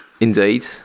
Indeed